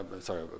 sorry